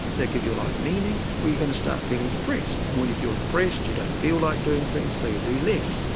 that give your life meaning, well you're going to start feeling depressed. and when you feel depressed you don't feel like doing things so you do less.